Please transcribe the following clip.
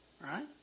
right